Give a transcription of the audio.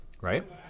right